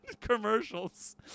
commercials